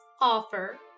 offer